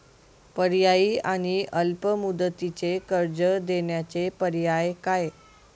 पर्यायी आणि अल्प मुदतीचे कर्ज देण्याचे पर्याय काय?